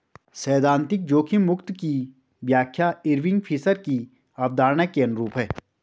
सैद्धांतिक जोखिम मुक्त दर की व्याख्या इरविंग फिशर की अवधारणा के अनुरूप है